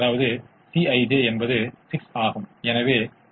அது உண்மைதான் ஏனெனில் அது இல்லையென்றால் பலவீனமான இரட்டைக் கோட்பாடு மீறப்படும்